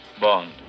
Bond